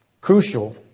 crucial